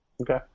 Okay